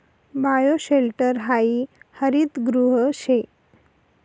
bioshelter हायी हरितगृह शे